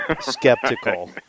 skeptical